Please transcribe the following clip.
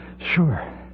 sure